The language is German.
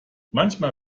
manchmal